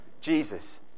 Jesus